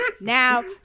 Now